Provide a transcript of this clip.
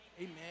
Amen